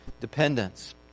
dependence